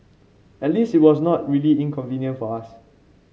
at least it was not really inconvenient for us